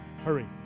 Hurry